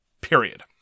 Period